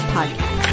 Podcast